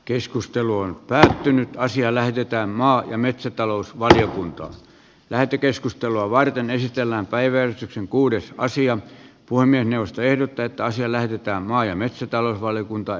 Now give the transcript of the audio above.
keskustelu on päättynyt ja asia lähetetään maa ja metsätalousvaliokuntaan lähetekeskustelua varten esitellään päivän kuudesta asian puiminen puhemiesneuvosto ehdottaa että asia lähetetään maa ja metsätalousvaliokuntaan